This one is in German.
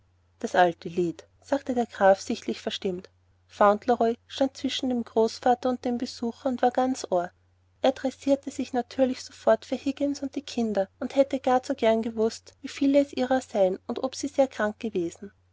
das alte lied sagte der graf sichtlich verstimmt fauntleroy stand zwischen dem großvater und dem besucher und war ganz ohr er tressierte sich natürlich sofort für higgins und die kinder und hätte gar zu gern gewußt wie viele es ihrer seien und ob sie sehr krank gewesen